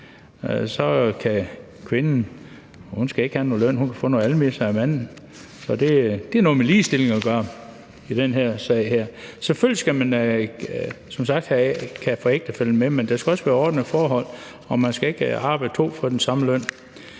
og at kvinden ikke skal have noget løn – at hun kan få nogle almisser af manden. Det har noget med ligestilling at gøre i den sag her. Selvfølgelig skal man som sagt kunne få ægtefællen med, men der skal også være ordnede forhold, og man skal ikke arbejde to for den samme løn.